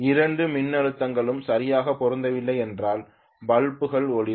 இரண்டு மின்னழுத்தங்களும் சரியாக பொருந்தவில்லை என்றால் பல்புகள் ஒளிரும்